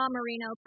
Marino